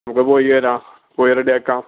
നമുക്ക് പോയി വരാം പോയി റെഡി ആക്കാം